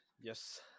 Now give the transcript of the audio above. Yes